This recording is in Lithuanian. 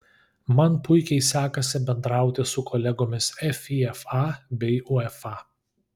man puikiai sekasi bendrauti su kolegomis fifa bei uefa